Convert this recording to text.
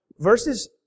Verses